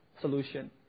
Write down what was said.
solution